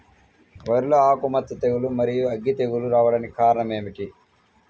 వరిలో ఆకుమచ్చ తెగులు, మరియు అగ్గి తెగులు రావడానికి కారణం ఏమిటి?